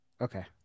Okay